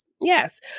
yes